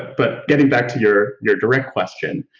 but getting back to your your direct question,